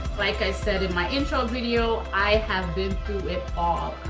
like i said in my intro video, i have been through it all,